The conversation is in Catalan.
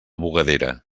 bugadera